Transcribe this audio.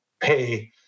pay